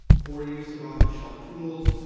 poor use of off the shelf tools.